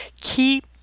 keep